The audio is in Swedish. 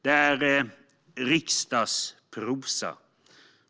Det är riksdagsprosa.